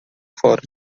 fora